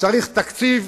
צריך תקציב,